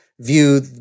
view